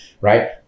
Right